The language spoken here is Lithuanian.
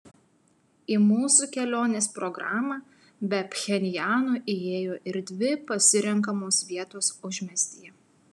į mūsų kelionės programą be pchenjano įėjo ir dvi pasirenkamos vietos užmiestyje